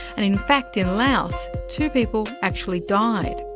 and in fact in laos two people actually died.